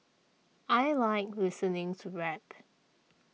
I like listening to rap